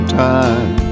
time